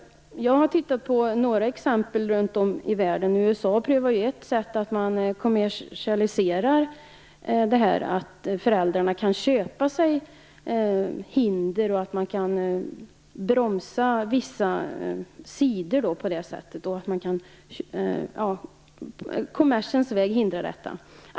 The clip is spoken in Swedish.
Jag har tittat på några exempel runt om i världen. USA prövar ett sätt. Man kommersialiserar detta. Föräldrarna kan köpa sig hinder och på det sättet bromsa vissa sidor. Man kan alltså på kommersens väg hindra detta.